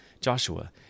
Joshua